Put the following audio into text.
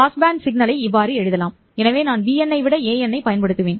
passband சிக்னலை இவ்வாறு எழுதலாம் எனவே நான் bn ஐ விட an பயன்படுத்துவேன்